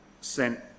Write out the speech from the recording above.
sent